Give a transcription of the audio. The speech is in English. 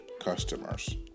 customers